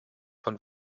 von